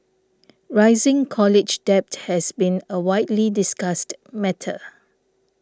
rising college debt has been a widely discussed matter